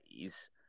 days